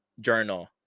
journal